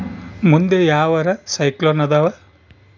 ಮುಂದೆ ಯಾವರ ಸೈಕ್ಲೋನ್ ಅದಾವ?